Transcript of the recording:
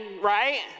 right